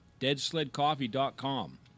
DeadSledCoffee.com